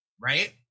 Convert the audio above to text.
right